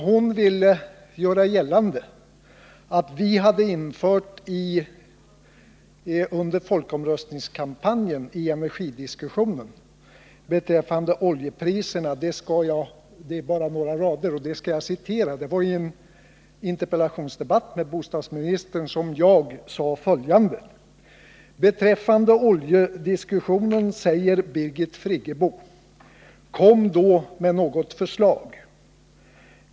Hon ville göra gällande att vi under folkomröstningskampanjen hade fört in ett visst resonemang beträffande oljepriserna. Eftersom det bara gäller några rader skall jag citera det uttalande som det är fråga om och som jag fällde i en interpellationsdebatt med bostadsministern. Jag framhöll därvid följande: ”Beträffande oljediskussionen säger Birgit Friggebo: Kom då med något förslag!